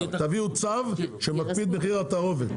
תביאו צו שמקפיא את מחיר התערובת.